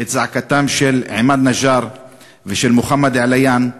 את זעקתם של עימאד נג'אר ושל מוחמד עליאן,